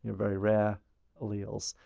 you know very rare alleles.